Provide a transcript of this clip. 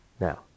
Now